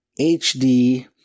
HD